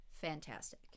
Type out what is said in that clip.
fantastic